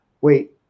wait